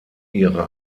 ihre